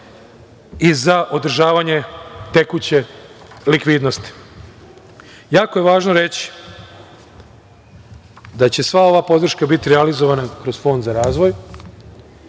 i za održavanje tekuće likvidnosti. Jako je važno reći da će sva ova podrška biti realizovana kroz Fond za razvoj.